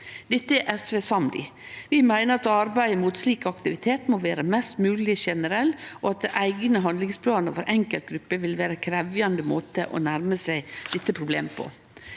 Dette er SV samd i. Vi meiner at arbeidet mot slik aktivitet må vere mest mogleg generelt, og at eigne handlingsplanar for enkeltgrupper vil vere ein krevjande måte å nærme seg dette problemet på.